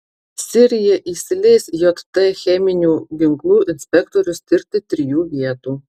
sirija įsileis jt cheminių ginklų inspektorius tirti trijų vietų